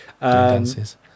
dances